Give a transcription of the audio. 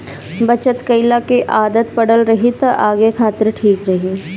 बचत कईला के आदत पड़ल रही त आगे खातिर ठीक रही